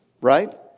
right